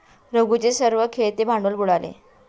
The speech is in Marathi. रघूचे सर्व खेळते भांडवल बुडाले